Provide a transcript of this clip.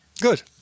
Good